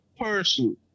person